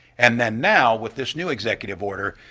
and then now, with this new executive order,